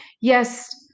Yes